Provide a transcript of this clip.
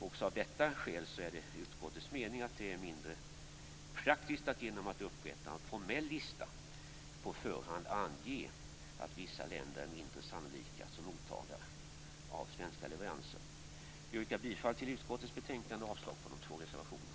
Också av detta skäl är det enligt utskottets mening mindre praktiskt att genom att upprätta en formell lista på förhand ange att vissa länder är mindre sannolika som mottagare av svenska leveranser. Jag yrkar bifall till utskottets hemställan och avslag på de två reservationerna.